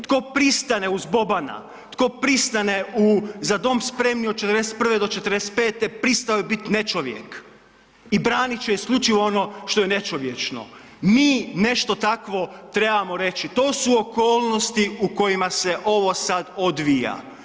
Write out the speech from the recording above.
Tko pristane uz Bobana, tko pristane u „Za dom spremni“ od '41. do '45., pristao je bit nečovjek i branit će isključivo ono što je nečovječno. mi nešto takvom trebamo reći, to su okolnosti u kojima se ovo sad odvija.